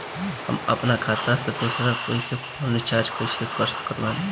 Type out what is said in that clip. हम अपना खाता से दोसरा कोई के फोन रीचार्ज कइसे कर सकत बानी?